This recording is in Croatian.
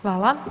Hvala.